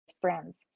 friends